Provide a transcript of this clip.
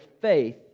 faith